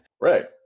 Right